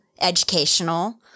educational